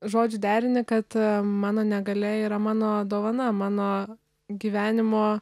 žodžių derinį kad mano negalia yra mano dovana mano gyvenimo